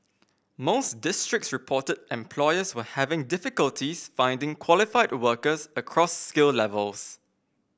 most districts reported employers were having difficulties finding qualified workers across skill levels